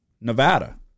Nevada